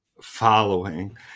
following